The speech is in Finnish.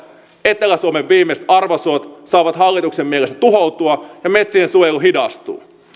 etelä suomen viimeiset arvosuot saavat hallituksen mielestä tuhoutua ja metsien suojelu hidastuu